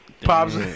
Pops